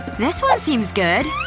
this one seems good!